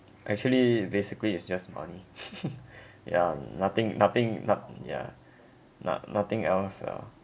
actually basically is just money ya nothing nothing not~ yeah no~ nothing else ah